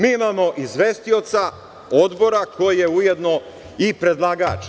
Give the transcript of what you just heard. Mi imamo izvestioca Odbora koji je ujedno i predlagač.